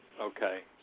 Okay